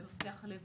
במפתח הלב,